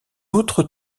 autre